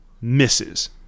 misses